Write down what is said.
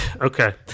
okay